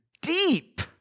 Deep